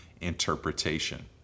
interpretation